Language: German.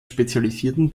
spezialisierten